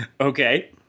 Okay